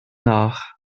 nach